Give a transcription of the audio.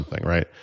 right